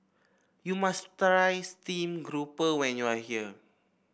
you must stream grouper when you are here